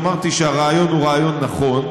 ואמרתי שהרעיון הוא רעיון נכון,